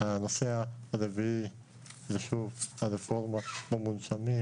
הנושא הרביעי הוא שוב הרפורמה במונשמים